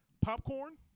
popcorn